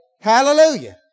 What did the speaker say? Hallelujah